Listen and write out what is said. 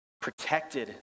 protected